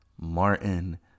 Martin